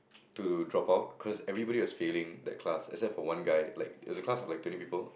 to drop out cause everybody is failing that class except for one guy like it was a class of like twenty people